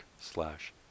slash